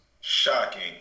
Shocking